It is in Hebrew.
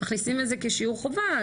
מכניסים את זה כשיעור חובה,